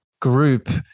group